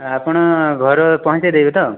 ଆପଣ ଘରେ ପହୁଞ୍ଚାଇ ଦେବେ ତ